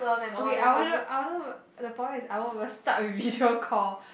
okay I wonder I wonder the point is I won't even start with video call